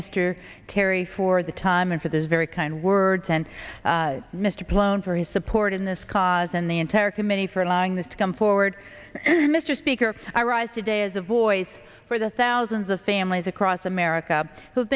mr kerry for the time for this very kind words and mr blown for his support in this cause and the entire committee for allowing this to come forward mr speaker i rise today as a voice for the thousands of families across america who have